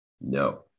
No